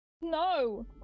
No